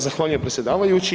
Zahvaljujem predsjedavajući.